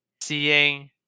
seeing